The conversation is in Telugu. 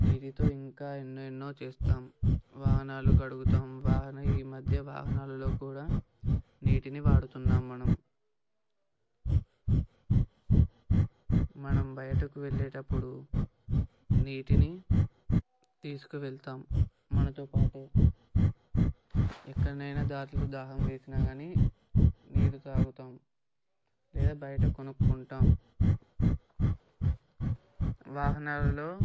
నీటితో ఇంకా ఎన్నెన్నో చేస్తాము వాహనాలు కడుగుతాము బాగానే ఈమధ్య వాహనాలలో కూడా నీటిని వాడుతున్నాము మనం మనం బయటకు వెళ్ళేటప్పుడు నీటిని తీసుకువెళతాము మనతో పాటే ఎక్కడైనా దారిలో దాహం వేసినా కానీ నీరు త్రాగుతాము లేదా బయట కొనుక్కుంటాము వాహనాలలో